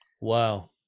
Wow